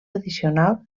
addicional